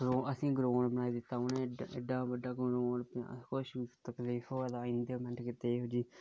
असैं गी ग्रांउड बनाई दित्ता एड्डा ग्राउंड बनाई दित्त